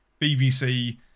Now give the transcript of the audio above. BBC